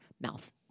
mouth